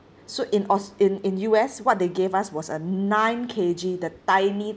so in aus~ in in U_S what they gave us was a nine K_G the tiny